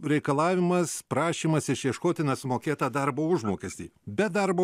reikalavimas prašymas išieškoti nesumokėtą darbo užmokestį be darbo